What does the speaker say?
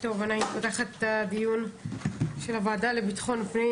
אני פותחת את דיון הוועדה לביטחון פנים,